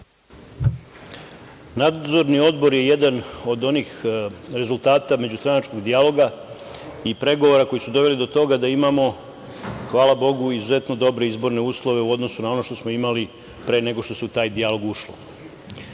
Nadzorni odbor je jedan od onih rezultata međustranačkog dijaloga i pregovora koji su doveli do toga da imamo, hvala Bogu, izuzetno dobre izborne uslove u odnosu na ono što smo imali pre nego što se u taj dijalog ušlo. Kako